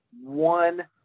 one